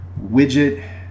widget